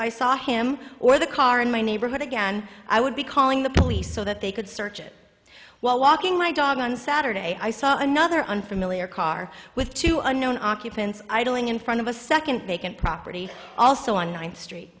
i saw him or the car in my neighborhood again i would be calling the police so that they could search it while walking my dog on saturday i saw another unfamiliar car with two unknown occupants idling in front of a second vacant property also on ninth street